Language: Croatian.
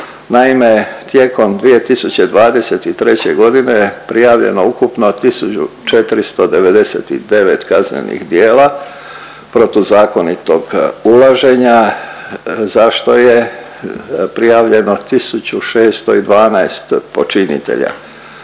Naime, tijekom 2023. godine prijavljeno ukupno 1.499 kaznenih djela protuzakonitog ulaženja za što je prijavljeno 1.612 počinitelja.